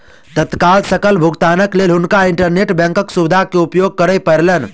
तत्काल सकल भुगतानक लेल हुनका इंटरनेट बैंकक सुविधा के उपयोग करअ पड़लैन